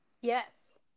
yes